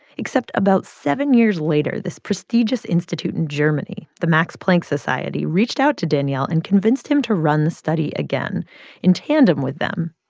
except about seven years later, this prestigious institute in germany, the max planck society, reached out to daniel and convinced him to run the study again in tandem with them.